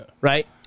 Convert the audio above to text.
Right